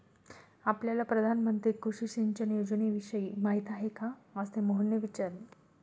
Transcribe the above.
आपल्याला प्रधानमंत्री कृषी सिंचन योजनेविषयी माहिती आहे का? असे मोहनने विचारले